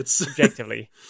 Objectively